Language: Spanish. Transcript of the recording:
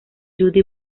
judy